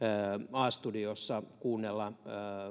a studiossa kuunnella